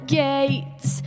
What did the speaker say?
gates